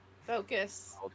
Focus